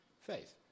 Faith